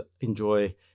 enjoy